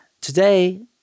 today